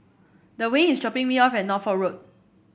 Dwayne is dropping me off at Norfolk Road